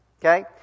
Okay